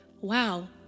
wow